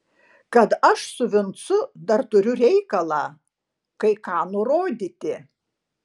kad aš su vincu dar turiu reikalą kai ką nurodyti